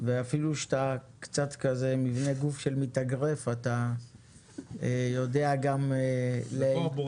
ואפילו שאתה קצת עם מבנה גוף של מתאגרף אתה יודע גם להתפשר